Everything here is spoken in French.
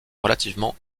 relativement